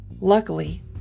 Luckily